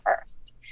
first